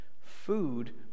Food